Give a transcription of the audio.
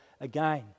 again